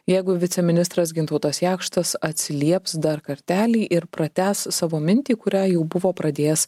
jeigu viceministras gintautas jakštas atsilieps dar kartelį ir pratęs savo mintį kurią jau buvo pradėjęs